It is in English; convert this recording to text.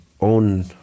own